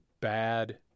bad